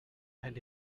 and